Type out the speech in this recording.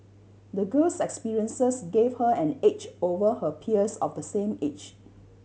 the girl's experiences gave her an edge over her peers of the same age